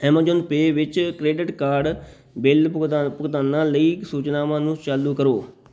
Amazon Pay ਵਿੱਚ credit card bill ਭੁਗਤਾ ਭੁਗਤਾਨਾਂ ਲਈ ਸੂਚਨਾਵਾਂ ਨੂੰ ਚਾਲੂ ਕਰੋ